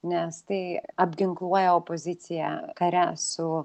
nes tai apginkluoja opoziciją kare su